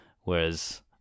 Whereas